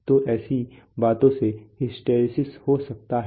तो ऐसी बातों से हिस्टैरिसीस हो सकता है